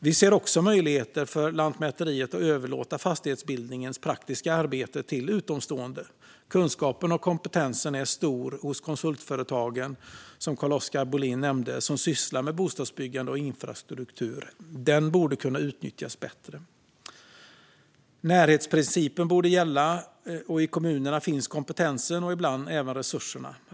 Vi ser också möjligheter för Lantmäteriet att överlåta det praktiska arbetet med fastighetsbildning till utomstående. Kunskapen och kompetensen är, som Carl-Oskar Bohlin nämnde, stor hos de konsultföretag som sysslar med bostadsbyggande och infrastruktur. Den borde kunna nyttjas bättre. Närhetsprincipen borde gälla, och i kommunerna finns kompetensen och ibland även resurserna.